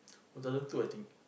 two thousand two I think